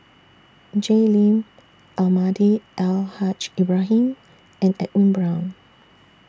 Jay Lim Almahdi Al Haj Ibrahim and Edwin Brown